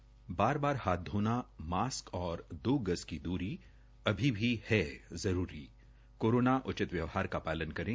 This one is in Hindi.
बार बार हाथ धोना मास्क और दो गज की दूरी अभी भी है जरूरी कोरोना उचित व्यवहार का शालन करे